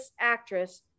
actress